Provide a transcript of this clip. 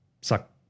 suck